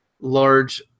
large